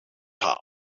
town